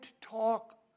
talk